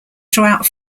throughout